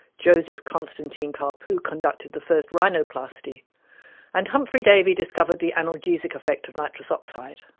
joseph constantine carpue conducted the first rhinoplasty and humprey davy discovered the analgesic effect of nitrous oxide.